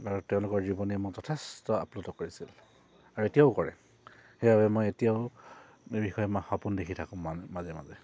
আৰু তেওঁলোকৰ জীৱনীয়ে মোক যথেষ্ট আপ্লুত কৰিছিল আৰু এতিয়াও কৰে সেইবাবে মই এতিয়াও এই বিষয়ে মই সপোন দেখি থাকোঁ মান মাজে মাজে